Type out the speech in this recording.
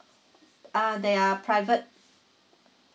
uh they are private